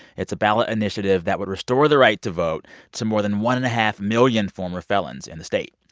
it's a ballot initiative that would restore the right to vote to more than one and a half million former felons in the state.